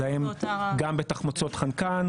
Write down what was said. גם בתחמוצות חמצן,